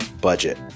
budget